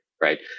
right